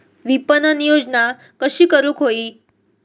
विपणन योजना कशी करुक होई?